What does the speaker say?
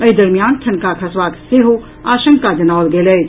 एहि दरमियान ठनका खसबाक सेहो आशंका जनाओल गेल अछि